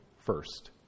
first